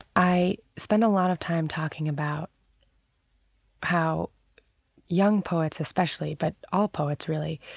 i spend a lot of time talking about how young poets especially, but all poets really,